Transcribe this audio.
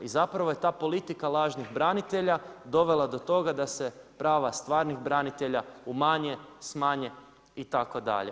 I zapravo je ta politika lažnih branitelja, dovela do toga da se prava stvarnih branitelja, umanje, smanje, itd.